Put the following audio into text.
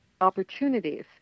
opportunities